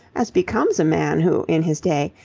as becomes a man who, in his day,